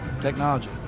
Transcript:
technology